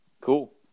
Cool